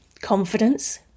confidence